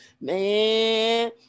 man